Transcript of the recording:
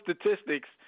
statistics